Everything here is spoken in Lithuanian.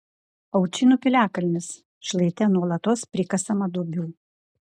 aučynų piliakalnis šlaite nuolatos prikasama duobių